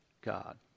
God